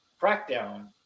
crackdown